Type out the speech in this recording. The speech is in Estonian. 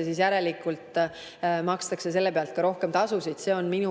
siis järelikult makstakse selle pealt ka rohkem tasu. See on minu